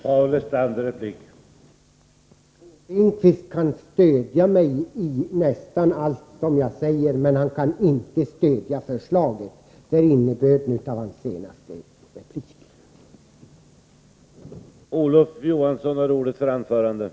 Herr talman! Bo Finnkvist kan instämma i nästan allt vad jag säger, men han kan inte stödja förslaget i fråga. Det är innebörden av hans senaste replik.